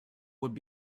would